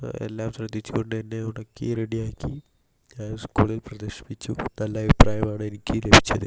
എല്ലാം ശ്രദ്ധിച്ച് കൊണ്ട് തന്നെ ഉണക്കി റെഡിയാക്കി ഞാൻ സ്കൂളിൽ പ്രദർശിപ്പിച്ചു നല്ല അഭിപ്രായം ആണ് എനിക്ക് ലഭിച്ചത്